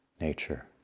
nature